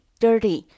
dirty